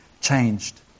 changed